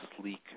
sleek